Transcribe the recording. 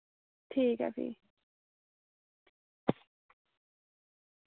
ठीक ऐ फ्ही